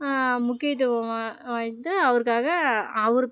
முக்கியத்துவமாக வைத்து அவருக்காக அவர்